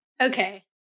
Okay